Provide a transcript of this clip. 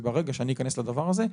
וברגע שאני אכנס לדבר הזה,